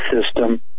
system